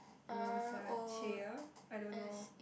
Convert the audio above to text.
Rosacea I don't know